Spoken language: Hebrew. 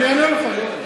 אני אענה לך, יואל.